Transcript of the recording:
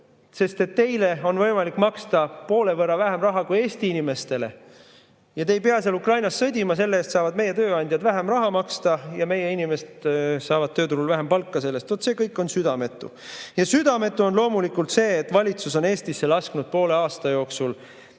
sest teile on võimalik maksta poole võrra vähem raha kui Eesti inimestele. Te ei pea seal Ukrainas sõdima ja selle eest saavad meie tööandjad teile vähem raha maksta ja meie inimesed saavad tööturul vähem palka selle eest. Vot see kõik on südametu. Ja südametu on loomulikult see, et valitsus on Eestisse lasknud poole aasta jooksul